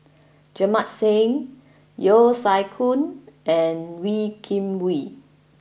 Jamit Singh Yeo Siak Goon and Wee Kim Wee